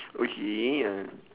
okay uh